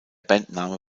bandname